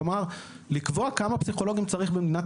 כלומר לקבוע כמה פסיכולוגים צריך במדינת